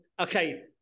Okay